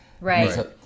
Right